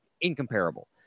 incomparable